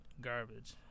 garbage